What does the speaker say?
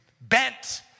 bent